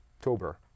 October